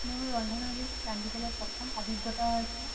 মোৰ ৰন্ধন শৈলীত ৰান্ধিবলৈ প্ৰথম অভিজ্ঞতা হৈছে